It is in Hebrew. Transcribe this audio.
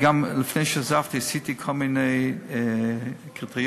לפני שעזבתי עשיתי כל מיני קריטריונים: